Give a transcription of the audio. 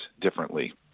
differently